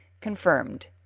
confirmed